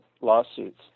lawsuits